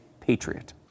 patriot